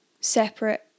separate